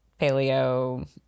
paleo